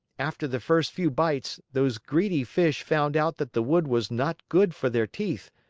after the first few bites, those greedy fish found out that the wood was not good for their teeth,